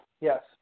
yes